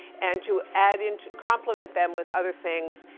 and to add in compliment them with other things,